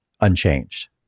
unchanged